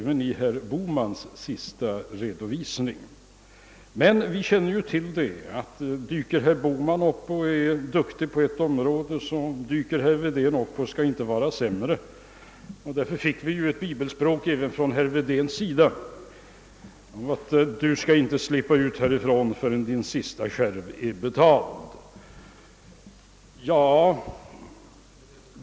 Vi vet sedan tidigare att om herr Bohman visar sig duktig på något område, så dyker herr Wedén också upp för att inte vara sämre. Därför fick vi ett bibelspråk även från herr Wedén, nämligen »Du skall inte slippa ut därifrån, förrän din sista skärv är betald».